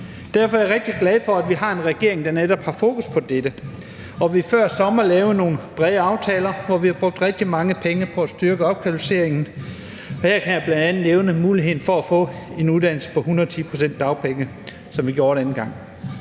Derfor er jeg rigtig glad for, at vi har en regering, der netop har fokus på dette, og at vi før sommer lavede nogle brede aftaler, hvor vi har brugt rigtig mange penge på at styrke opkvalificeringen. Her kan jeg bl.a. nævne muligheden for at få en uddannelse på 110 pct. dagpenge, som vi jo indførte dengang.